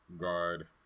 guard